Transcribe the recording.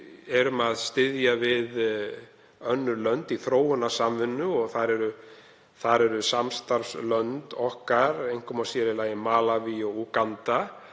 og styðjum við önnur lönd í þróunarsamvinnu. Þar eru samstarfslönd okkar einkum og sér í lagi Malaví og Úganda.